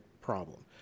problem